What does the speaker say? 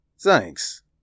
Thanks